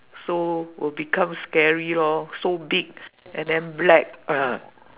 so will become scary lor so big and then black uh